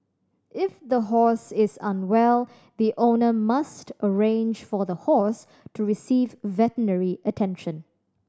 if the horse is unwell the owner must arrange for the horse to receive veterinary attention